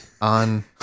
on